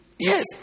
Yes